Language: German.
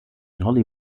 holly